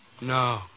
No